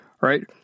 right